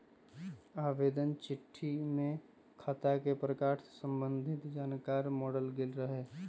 आवेदन चिट्ठी में खता के प्रकार से संबंधित जानकार माङल गेल रहइ